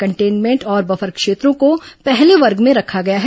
containment और buffer क्षेत्रों को पहले वर्ग में रखा गया है